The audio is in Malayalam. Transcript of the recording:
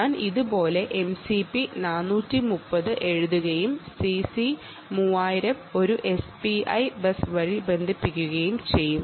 ഞാൻ ഇതുപോലെ MCP 430 ൽ എഴുതുകയും CC 3000 ഒരു SPI ബസ് വഴി ബന്ധിപ്പിക്കുകയും ചെയ്യും